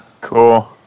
cool